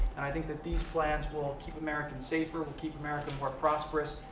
and i think that these plans will will keep americans safer, will keep americans more prosperous,